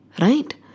Right